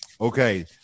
Okay